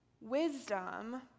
Wisdom